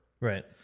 Right